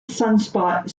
sunspot